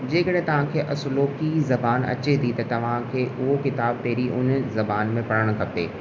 जे कॾहिं तव्हांखे असुलोकी ज़बान अचे थी त तव्हांखे उहो किताबु पहिरीं हुन ज़बान में पढ़णु खपे